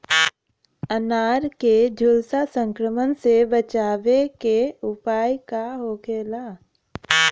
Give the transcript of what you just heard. अनार के झुलसा संक्रमण से बचावे के उपाय का होखेला?